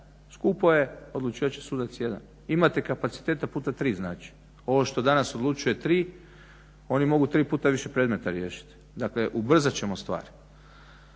Skupo je, odlučivat će sudac jedan. Imate kapaciteta puta tri znači. Ovo što danas odlučuje tri oni mogu tri puta više predmeta riješiti. Dakle, ubrzat ćemo stvar.